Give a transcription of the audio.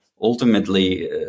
ultimately